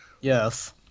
Yes